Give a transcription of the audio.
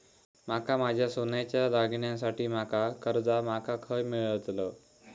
माका माझ्या सोन्याच्या दागिन्यांसाठी माका कर्जा माका खय मेळतल?